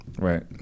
right